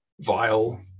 vile